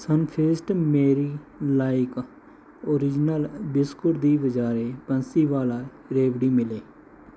Sunfeast Marie like original biscuit ਦੀ ਬਜਾਰੇ ਬੰਸੀਵਾਲਾ ਰੇਵੜੀ ਮਿਲੇ